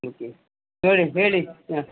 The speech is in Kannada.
ಓಕೆ ನೋಡಿ ಹೇಳಿ ಹಾಂ